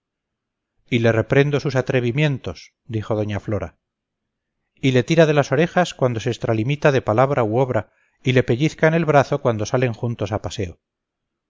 y le reprendo sus atrevimientos dijo doña flora y le tira de las orejas cuando se extralimita de palabra u obra y le pellizca en el brazo cuando salen juntos a paseo